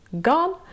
gone